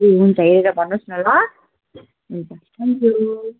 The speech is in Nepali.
ए हुन्छ हेरेर भन्नुहोस् न ल हुन्छ थ्याङ्क यू